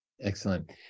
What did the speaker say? Excellent